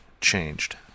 changed